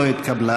לא התקבלה.